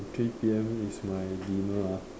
three P_M is my dinner ah